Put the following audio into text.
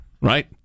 right